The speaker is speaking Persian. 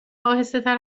آهستهتر